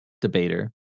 debater